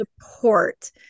support